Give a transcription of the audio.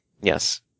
Yes